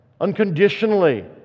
unconditionally